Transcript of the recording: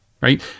right